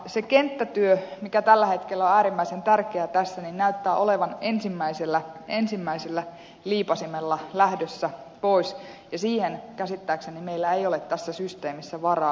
se kenttätyö mikä tällä hetkellä on äärimmäisen tärkeä tässä näyttää olevan ensimmäisellä liipaisimella lähdössä pois ja siihen käsittääkseni meillä ei ole tässä systeemissä varaa